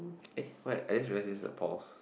eh what I just realised there's a pause